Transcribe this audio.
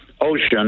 ocean